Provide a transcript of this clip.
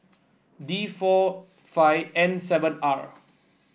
D four five N seven R